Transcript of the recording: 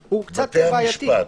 הוא קצת בעייתי.